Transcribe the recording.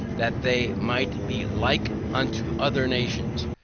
that they might be like unto other nations,